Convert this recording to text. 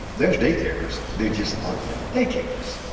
there's day cares. they just aren't yeah in day cares.